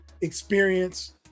experience